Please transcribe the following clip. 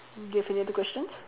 do you have any other questions